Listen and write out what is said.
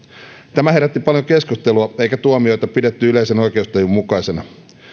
tämä herätti paljon keskustelua eikä tuomiota pidetty yleisen oikeustajun mukaisena